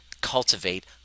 cultivate